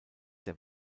der